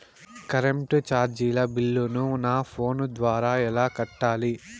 Current చార్జీల బిల్లును, నా ఫోను ద్వారా ఎలా కట్టాలి?